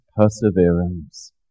perseverance